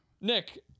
Nick